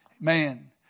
Man